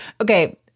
Okay